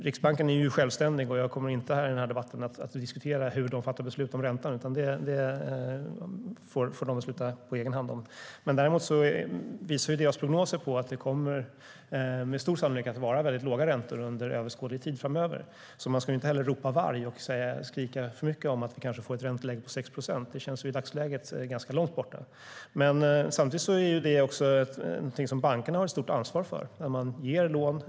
Riksbanken är självständig, och jag kommer inte i den här debatten att diskutera hur de fattar beslut om räntan, utan det får de besluta om på egen hand. Däremot visar deras prognoser på att det med stor sannolikhet kommer att vara väldigt låga räntor under överskådlig tid framöver. Man ska alltså inte ropa varg och skrika för mycket om att vi kanske får ett ränteläge på 6 procent. Det känns i dagsläget ganska långt borta. Men samtidigt har bankerna ett stort ansvar när de ger lån.